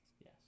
Yes